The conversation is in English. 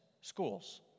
Schools